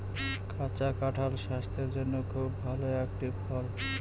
কাঁচা কাঁঠাল স্বাস্থের জন্যে খুব ভালো একটি ফল